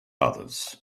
others